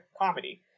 comedy